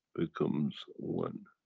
becomes one.